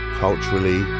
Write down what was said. culturally